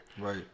Right